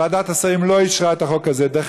ותמיד בוועדת החינוך אנחנו מדברים על